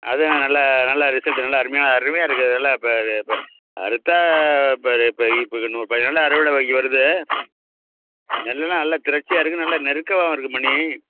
அதுவும் நல்லா நல்லா ரிசல்ட்டு நல்ல அருமையான அருமையாக இருக்குது அதெல்லாம் இப்போ அது இப்போ அறுத்தால் இப்போ இப்போ இப்போ இன்னும் ஒரு பதினைஞ்சு நாளில் அறுவடைக்கு வருது நெல்லெல்லாம் நல்லா திரட்சியாக இருக்குது நல்ல நெருக்கமாவும் இருக்குது மணி